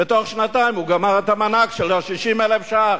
ותוך שנתיים הוא גמר את המענק של 60,000 שקלים.